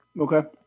Okay